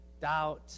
doubt